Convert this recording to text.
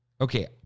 okay